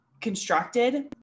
constructed